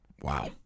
Wow